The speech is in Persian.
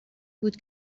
بود